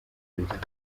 président